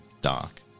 dark